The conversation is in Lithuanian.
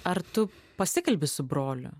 ar tu pasikalbi su broliu